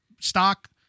stock